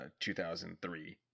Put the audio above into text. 2003